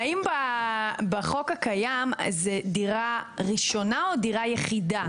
האם בחוק הקיים זה דירה ראשונה או דירה יחידה?